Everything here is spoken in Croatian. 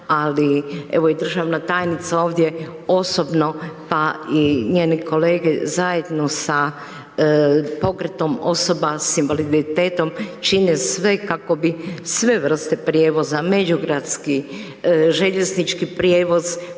Ali evo i državna tajnica ovdje osobno pa i njeni kolege zajedno sa pokretom osoba sa invaliditetom čine sve kako bi sve vrste prijevoza međugradski, željeznički prijevoz